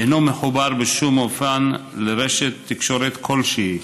אינו מחובר בשום אופן לרשת תקשורת כלשהי,